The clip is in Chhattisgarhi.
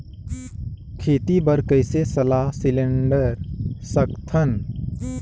खेती बर कइसे सलाह सिलेंडर सकथन?